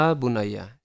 bunaya